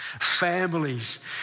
Families